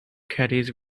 caddies